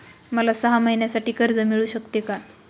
मला सहा महिन्यांसाठी कर्ज मिळू शकते का?